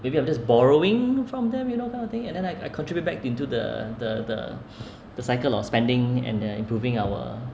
maybe I'm just borrowing from them you know kind of thing and then I I contribute back into the the the the cycle of spending and and improving our